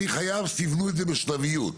אני חייב שתבנו את זה בשלביות.